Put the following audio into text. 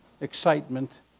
excitement